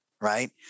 right